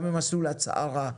גם עם מסלול הצהרה.